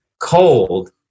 cold